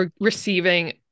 receiving